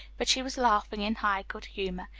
but she was laughing in high good humour.